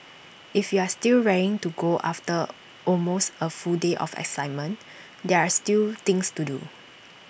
if you are still raring to go after almost A full day of excitement there are still things to do